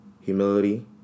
humility